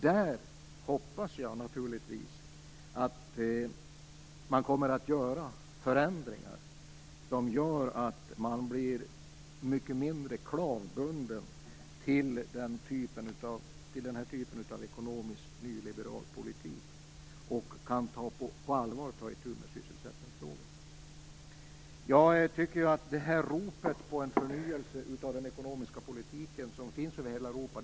Jag hoppas naturligtvis att man kommer att göra förändringar som innebär att man blir mycket mindre klavbunden till den här typen av ekonomisk nyliberal politik och på allvar kan ta itu med sysselsättningsfrågorna. Jag tycker att man kunde ha skrivit litet mer positivt i betänkandet om ropet på en förnyelse av den ekonomiska politiken som finns över hela Europa.